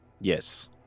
Yes